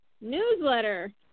newsletter